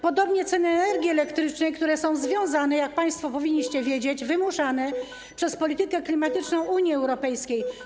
Podobnie ceny energii elektrycznej, które są - jak państwo powinniście wiedzieć - wymuszane przez politykę klimatyczną Unii Europejskiej.